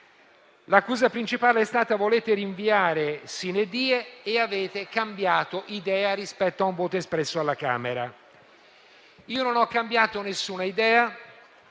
L'accusa principale è stata di voler rinviare *sine die* e di aver cambiato idea rispetto a un voto espresso alla Camera dei deputati. Io non ho cambiato nessuna idea